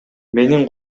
менин